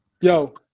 yo